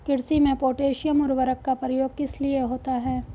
कृषि में पोटैशियम उर्वरक का प्रयोग किस लिए होता है?